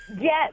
Yes